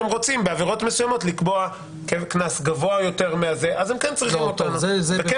היא תגיד, על אף